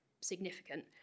significant